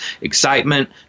excitement